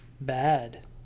bad